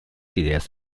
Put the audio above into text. ideas